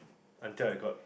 until I got